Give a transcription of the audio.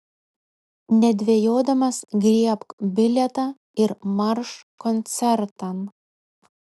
nedvejodamas griebk bilietą ir marš koncertan